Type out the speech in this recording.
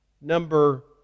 number